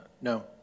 No